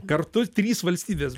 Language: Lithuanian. kartu trys valstybės